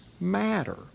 matter